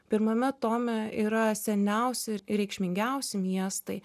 pirmame tome yra seniausi ir reikšmingiausi miestai